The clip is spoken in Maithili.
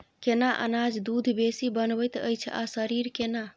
केना अनाज दूध बेसी बनबैत अछि आ शरीर केना?